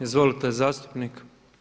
Izvolite, zastupnik.